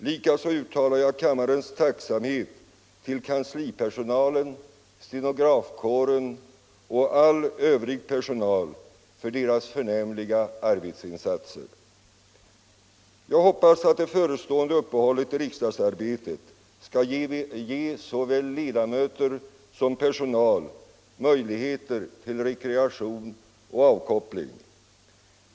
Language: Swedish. Likaså uttalar jag kammarens tacksamhet till kanslipersonalen, stenografkåren och all övrig personal för deras förnämliga arbetsinsatser. Jag hoppas att det förestående uppehållet i riksdagsarbetet skall ge såväl ledamöter som personal möjligheter till rekreation och avkoppling.